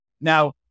now